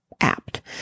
apt